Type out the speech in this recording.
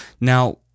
Now